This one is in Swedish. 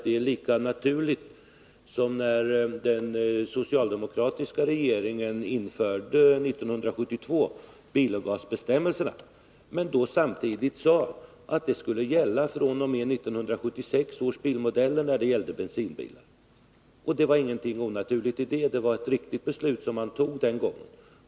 Det är lika naturligt som när den socialdemokratiska regeringen 1972 införde bilavgasbestämmelserna men samtidigt sade att de för bensinbilar skulle gälla fr.o.m. 1976 års bilmodeller. Det var ingenting onaturligt i det. Det var ett riktigt beslut som man den gången fattade.